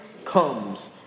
Comes